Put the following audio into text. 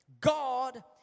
God